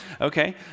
Okay